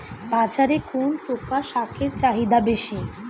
বাজারে কোন প্রকার শাকের চাহিদা বেশী?